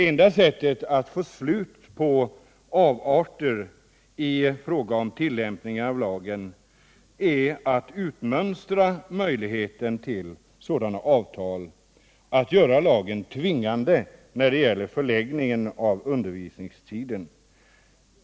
Enda sättet att få slut på avarter i fråga om tillämpningen av lagen är att utmönstra möjligheten till sådana avtal — att göra lagen tvingande när det gäller förläggningen av undervisningstiden.